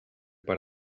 per